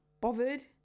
bothered